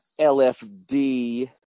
LFD